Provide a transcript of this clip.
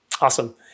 Awesome